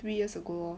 three years ago lor